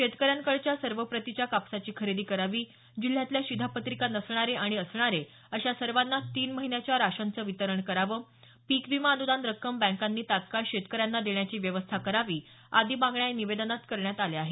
शेतकऱ्यांकडच्या सर्व प्रतीच्या कापसाची खरेदी करावी जिल्ह्यातल्या शिधापत्रिका नसणारे आणि असणारे अशा सर्वांना तीन महिन्याच्या राशनखं वितरण करावं पीक विमा अनुदान रक्कम बॅकांनी तात्काळ शतकऱ्याना देण्याची व्यवस्था करावी आदी मागण्या या निवेदनात करण्यात आल्या आहेत